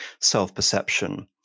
self-perception